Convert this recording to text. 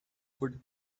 could